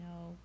no